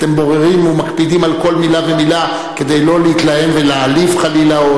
אתם בוררים ומקפידים על כל מלה ומלה כדי לא להתלהם ולהעליב חלילה.